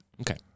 Okay